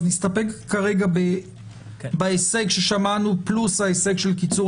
אז נסתפק כרגע בהישג ששמענו פלוס ההישג של קיצור